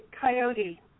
coyote